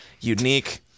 unique